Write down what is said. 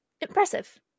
impressive